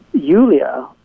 Yulia